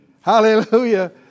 Hallelujah